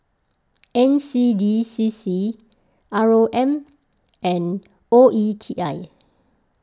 N C D C C R O M and O E T I